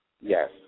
Yes